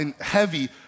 heavy